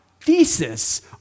thesis